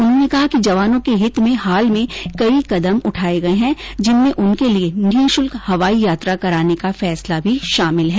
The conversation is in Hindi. उन्होंने कहा कि जवानों के हित में हाल में कई कदम उठाए गए हैं जिनमें उनके लिए निशुल्क हवाई यात्रा कराने का फैसला भी शामिल है